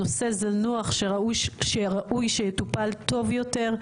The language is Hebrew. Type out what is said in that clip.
נושא זנוח שראוי שיטופל טוב יותר.